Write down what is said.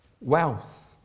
wealth